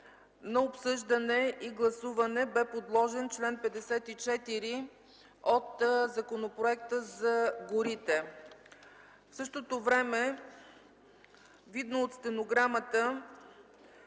на обсъждане и гласуване бе подложен чл. 54 от Законопроекта за горите. В същото време, видно от стенограмата,